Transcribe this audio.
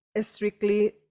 strictly